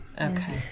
Okay